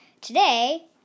Today